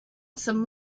some